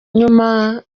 nyuma